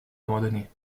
abandonné